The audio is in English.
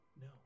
No